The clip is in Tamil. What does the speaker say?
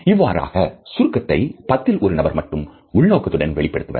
இவ்வாறான சுருக்கத்தை பத்தில் ஒரு நபர் மட்டும் உள்நோக்கத்துடன் வெளிப்படுத்துவர்